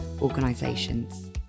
organisations